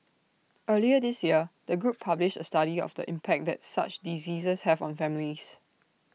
earlier this year the group published A study of the impact that such diseases have on families